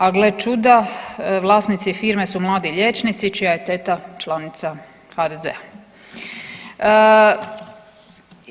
A gle čuda, vlasnici firme su mladi liječnici čija je teta članica HDZ-a.